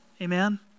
Amen